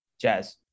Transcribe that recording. Jazz